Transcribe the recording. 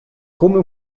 come